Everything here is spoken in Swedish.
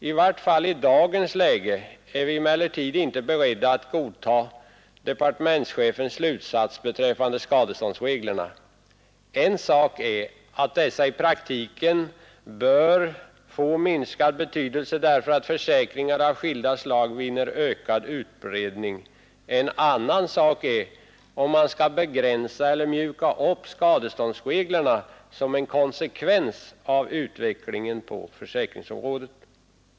I vart fall i dagens läge är vi emellertid inte beredda att godta departementschefens slutsats beträffande skadeståndsreglerna. En sak är att dessa i praktiken bör få minskad betydelse därför att försäkringar av skilda slag vinner ökad utbredning. En annan sak är om man skall begränsa eller mjuka upp skadeståndsreglerna som en konsekvens av utvecklingen på försäkringsområdet.